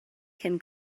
cyn